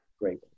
Great